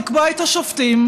לקבוע גם את השופטים.